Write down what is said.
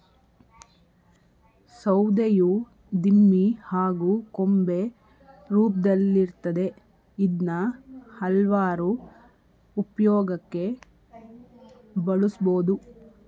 ಸೌಧೆಯು ದಿಮ್ಮಿ ಹಾಗೂ ಕೊಂಬೆ ರೂಪ್ದಲ್ಲಿರ್ತದೆ ಇದ್ನ ಹಲ್ವಾರು ಉಪ್ಯೋಗಕ್ಕೆ ಬಳುಸ್ಬೋದು